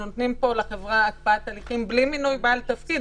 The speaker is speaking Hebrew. נותנים פה לחברה הקפאת הליכים בלי מינוי בעל תפקיד.